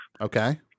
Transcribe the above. Okay